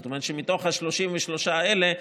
זאת אומרת שמתוך ה-33 האלה,